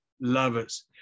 lovers